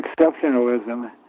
exceptionalism